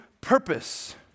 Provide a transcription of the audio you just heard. purpose